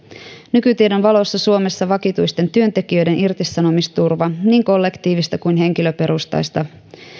nykytiedon valossa suomessa vakituisten työntekijöiden irtisanomisturva niin kollektiivista kuin henkilöperustaista